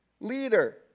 leader